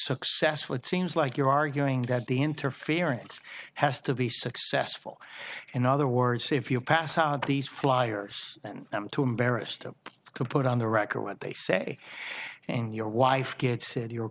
successful it seems like you're arguing that the interference has to be successful in other words if you pass out these fliers and i'm too embarrassed to put on the record what they say and your wife gets it your